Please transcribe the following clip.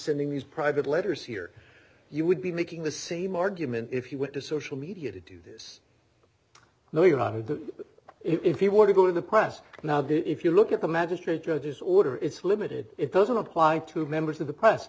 sending these private letters here you would be making the same argument if you went to social media to do this no you're not if you want to go to the press now that if you look at the magistrate judge's order it's limited it doesn't apply to members of the press